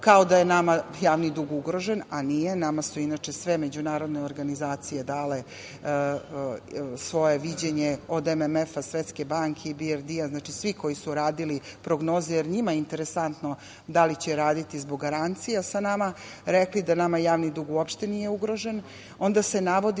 kao da je nama javni dug ugrožen, a nije, nama su inače sve međunarodne organizacije dale svoje viđenje od MMF, Svetske banke i IBRD, svi koji su radili prognoze, jer njima je interesantno da li će raditi zbog garancija sa nama, rekli da nama javni dug uopšte nije ugrožen. Onda se navodi